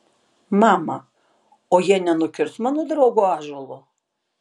mama o jie nenukirs mano draugo ąžuolo